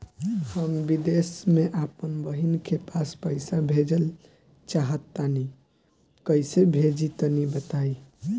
हम विदेस मे आपन बहिन के पास पईसा भेजल चाहऽ तनि कईसे भेजि तनि बताई?